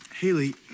Haley